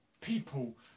people